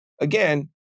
Again